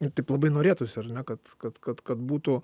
taip labai norėtųsi kad kad kad kad būtų